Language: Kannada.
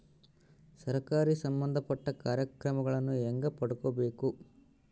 ಸರಕಾರಿ ಸಂಬಂಧಪಟ್ಟ ಕಾರ್ಯಕ್ರಮಗಳನ್ನು ಹೆಂಗ ಪಡ್ಕೊಬೇಕು?